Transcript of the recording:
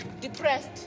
depressed